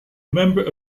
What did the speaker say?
member